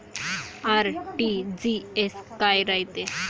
RTGS काय रायते?